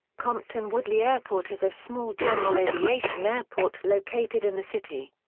compton woodley airport is a small general aviation airport located in the city.